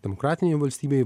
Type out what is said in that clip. demokratinėj valstybėj